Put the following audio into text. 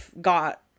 got